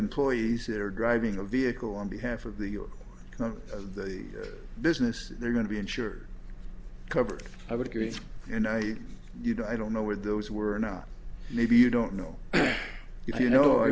employees that are driving a vehicle on behalf of the your business they're going to be insured covered i would agree and i you know i don't know where those were not maybe you don't know if you know